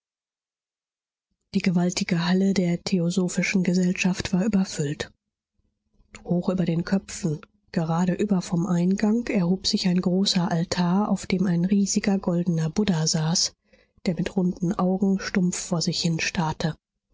die gewaltige halle der theosophischen gesellschaft war überfüllt hoch über den köpfen geradeüber vom eingang erhob sich ein großer altar auf dem ein riesiger goldener buddha saß der mit runden augen stumpf vor sich